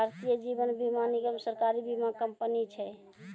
भारतीय जीवन बीमा निगम, सरकारी बीमा कंपनी छै